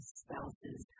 spouses